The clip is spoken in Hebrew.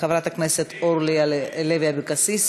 חברת הכנסת אורלי לוי אבקסיס,